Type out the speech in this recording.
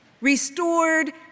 restored